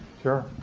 sure.